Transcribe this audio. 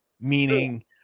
meaning